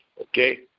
okay